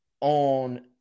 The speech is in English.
on